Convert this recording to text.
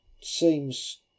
seems